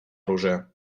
оружия